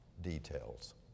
details